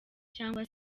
cyangwa